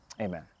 Amen